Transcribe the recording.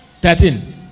Thirteen